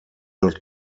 not